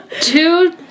Two